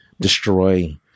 destroy